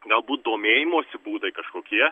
galbūt domėjimosi būdai kažkokie